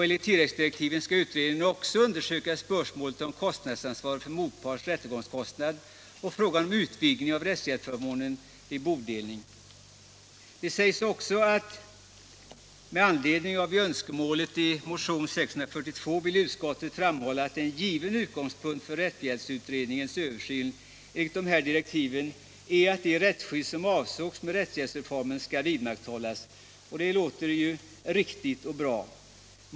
Enligt tilläggsdirektiven skall utredningen också undersöka spörsmålet om kostnadsansvaret för motparts rättegångskostnad och frågan om en utvidgning av rättshjälpsförmånerna vid bodelning.” Det sägs också i betänkandet: ”Med anledning av önskemålet i motionen 642 vill utskottet framhålla att en given utgångspunkt för rättshjälpsutredningens översyn enligt dess direktiv är att det rättsskydd som avsågs med rättshjälpsreformen skall vidmakthållas.” Det låter ju riktigt och bra.